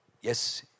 Yes